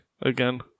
again